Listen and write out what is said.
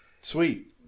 Sweet